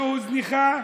שהוזנחה,